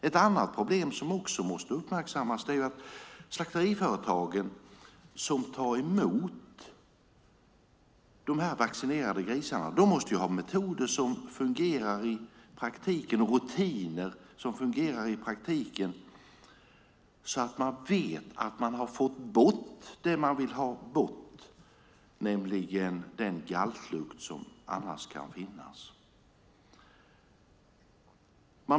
Ett annat problem som måste uppmärksammas är att slakteriföretagen som tar emot de vaccinerade grisarna måste ha fungerande metoder och rutiner för att säkert veta att man har fått bort den galtlukt som annars kan finnas.